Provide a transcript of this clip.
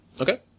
Okay